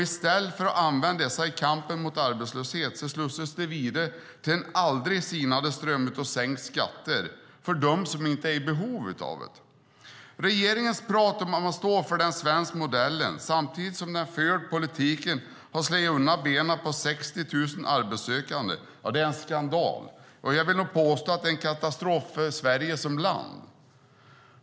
I stället för att använda dessa i kampen mot arbetslöshet slussar man dem vidare till en aldrig sinande ström av sänkta skatter för dem som inte är i behov av det. Regeringens prat om att man står för den svenska modellen samtidigt som den förda politiken har slagit undan benen för 60 000 arbetssökande är en skandal. Jag vill påstå att det är en katastrof för Sverige som land.